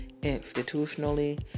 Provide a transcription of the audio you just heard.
institutionally